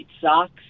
Socks